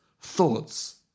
thoughts